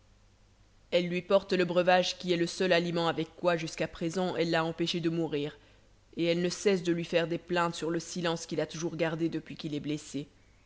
elle lui porte le breuvage qui est le seul aliment avec quoi jusqu'à présent elle l'a empêché de mourir et elle ne cesse de lui faire des plaintes sur le silence qu'il a toujours gardé depuis qu'il est blessé